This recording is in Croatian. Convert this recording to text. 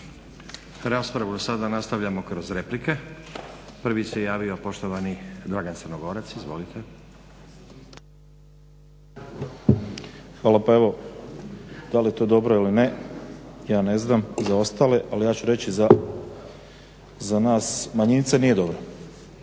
Raspravu sada nastavljamo kroz replike. Prvi se javio poštovani Dragan Crnogorac. Izvolite. **Crnogorac, Dragan (SDSS)** Hvala. Pa evo da li je to dobro ili ne ja ne znam za ostale ali ja ću reći za nas manjince nije dobro.